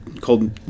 called